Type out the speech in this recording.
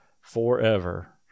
forever